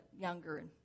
younger